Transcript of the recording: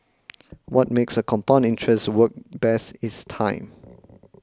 what makes a compound interest work best is time